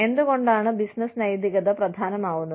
എന്തുകൊണ്ടാണ് ബിസിനസ്സ് നൈതികത പ്രധാനമാവുന്നത്